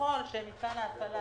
ככול שמתקן ההתפלה